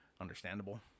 Understandable